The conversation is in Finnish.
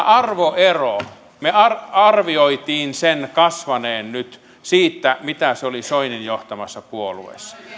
arvoeroon me arvioimme sen kasvaneen nyt siitä mitä se oli soinin johtamassa puolueessa